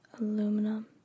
aluminum